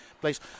place –